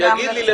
זה